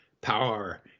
power